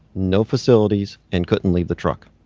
no facilities, and couldn't leave the truck.